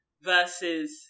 versus